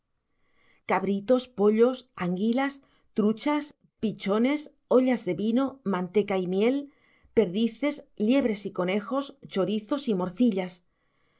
cabritos pollos anguilas truchas pichones ollas de vino manteca y miel perdices liebres y conejos chorizos y morcillas